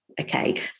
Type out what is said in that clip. okay